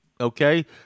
okay